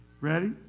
Ready